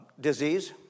disease